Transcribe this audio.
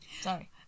Sorry